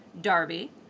Darby